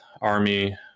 Army